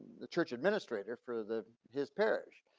the church administrator for the his parish.